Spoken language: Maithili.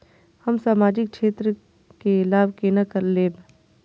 हम सामाजिक क्षेत्र के लाभ केना लैब?